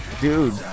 dude